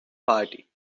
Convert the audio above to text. party